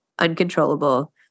uncontrollable